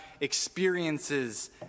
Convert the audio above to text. experiences